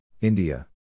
India